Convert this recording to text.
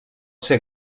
ser